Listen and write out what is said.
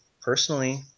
personally